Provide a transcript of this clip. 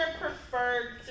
preferred